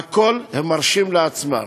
הכול הם מרשים לעצמם,